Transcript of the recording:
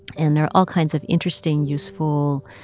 and there are all kinds of interesting, useful,